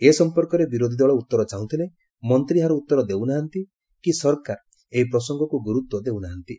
ଏ ସମ୍ମର୍କରେ ବିରୋଧୀ ଦଳ ଉତ୍ତର ଚାହୁଁଥିଲେ ମନ୍ତ୍ରୀ ଏହାର ଉଉର ଦେଉନାହାନ୍ତି କି ସରକାର ଏହି ପ୍ରସଙ୍ଗକୁ ଗୁରୁତ୍ୱ ଦେଉନାହାନ୍ତି